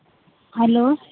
hello